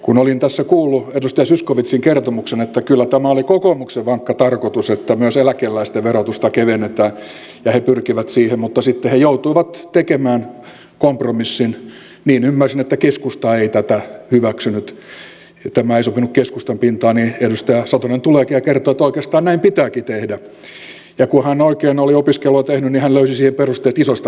kun olin tässä kuullut edustaja zyskowiczin kertomuksen että kyllä tämä oli kokoomuksen vankka tarkoitus että myös eläkeläisten verotusta kevennetään ja he pyrkivät siihen mutta sitten he joutuivat tekemään kompromissin ymmärsin että keskusta ei tätä hyväksynyt tämä ei sopinut keskustan pirtaan niin edustaja satonen tuleekin ja kertoo että oikeastaan näin pitääkin tehdä ja kun hän oikein oli opiskelua tehnyt hän löysi siihen perusteet isosta britanniasta